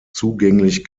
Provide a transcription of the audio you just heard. zugänglich